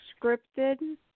scripted